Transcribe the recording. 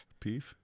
Peef